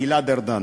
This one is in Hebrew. לגלעד ארדן.